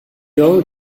leau